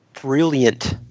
brilliant